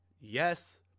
Yes